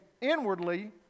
inwardly